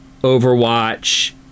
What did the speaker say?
Overwatch